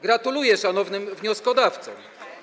Gratuluję szanownym wnioskodawcom.